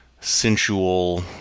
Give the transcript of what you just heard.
sensual